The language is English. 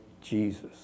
Jesus